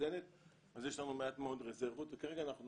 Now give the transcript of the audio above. מאוזנת אז יש לנו מעט מאוד רזרבות וכרגע אנחנו